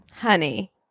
Honey